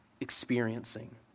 experiencing